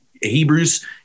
Hebrews